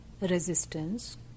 resistance